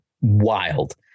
wild